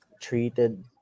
treated